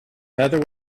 heather